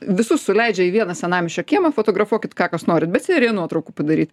visus suleidžia į vieną senamiesčio kiemą fotografuokit ką kas norit bet seriją nuotraukų padaryt